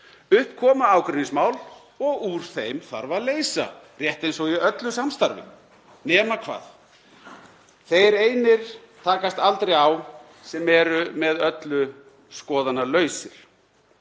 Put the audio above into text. Upp koma ágreiningsmál og úr þeim þarf að leysa, rétt eins og í öllu samstarfi. Þeir einir takast aldrei á sem eru með öllu skoðanalausir.